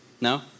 No